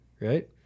right